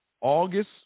August